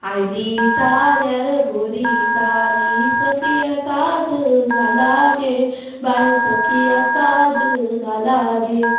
आयली जाल्यार बोरी जाली सकया साद घाला गे बाय सकिया साद घाला गे